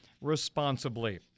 responsibly